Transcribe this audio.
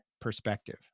perspective